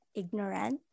ignorant